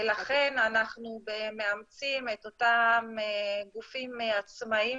ולכן אנחנו מאמצים את אותם גופים עצמאיים